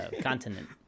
continent